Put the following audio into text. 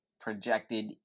projected